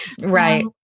right